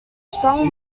strong